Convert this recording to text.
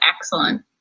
excellent